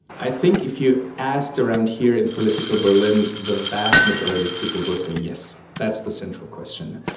i think if you asked around here in political berlin, the vast majority of people will say yes, that's the central question.